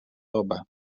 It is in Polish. dobę